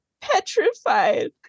petrified